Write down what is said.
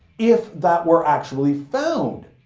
if that were actually found.